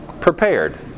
Prepared